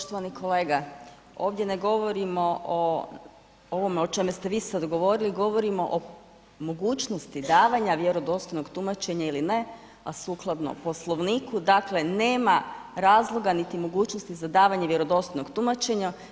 Poštovani kolega ovdje ne govorimo o ovome o čemu ste vi sad govorili, govorimo o mogućnosti davanja vjerodostojnog tumačenja ili ne a sukladno Poslovniku, dakle nema razloga niti mogućnosti za davanje vjerodostojnog tumačenja.